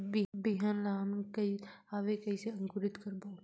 बिहान ला हमन हवे कइसे अंकुरित करबो?